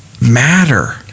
matter